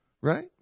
Right